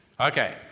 Okay